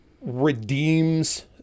redeems